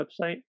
website